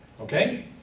Okay